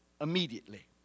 immediately